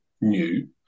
new